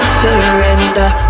surrender